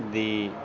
ਦੀ